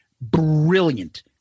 Brilliant